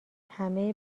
همه